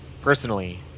personally